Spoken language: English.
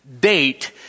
date